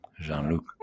Jean-Luc